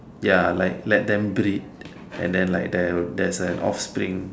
ya like let them breed and then like there there's an offspring